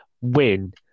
win